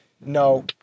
No